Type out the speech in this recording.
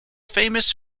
famous